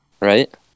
Right